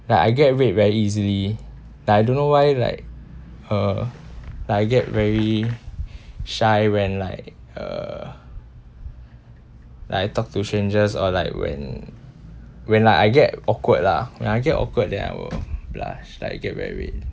like I get red very easily but I don't know why like uh like I get very shy when like uh like I talk to strangers or like when when like I get awkward lah I get awkward then I will blush like get very red